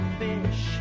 fish